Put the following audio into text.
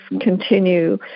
continue